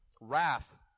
wrath